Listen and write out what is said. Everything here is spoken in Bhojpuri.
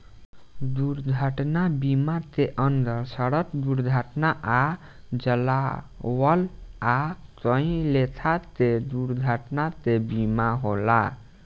दुर्घटना बीमा के अंदर सड़क दुर्घटना आ जलावल आ कई लेखा के दुर्घटना के बीमा होला